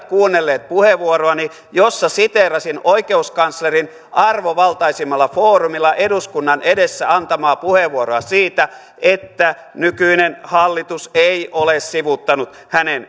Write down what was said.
kuunnelleet puheenvuoroani jossa siteerasin oikeuskanslerin arvovaltaisimmalla foorumilla eduskunnan edessä antamaa puheenvuoroa siitä että nykyinen hallitus ei ole sivuuttanut hänen